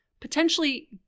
potentially